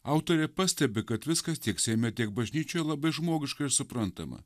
autorė pastebi kad viskas tiek seime tiek bažnyčioj labai žmogiška ir suprantama